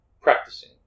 practicing